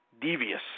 Devious